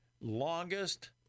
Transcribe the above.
longest